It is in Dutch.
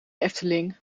efteling